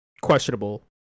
questionable